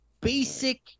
basic